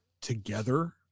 together